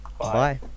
Bye